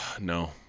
No